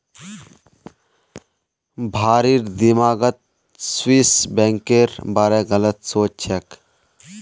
भारिर दिमागत स्विस बैंकेर बारे गलत सोच छेक